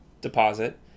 deposit